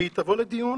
היא תבוא לדיון